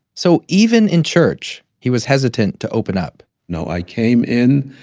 so even in church, he was hesitant to open up. no, i came in,